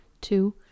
two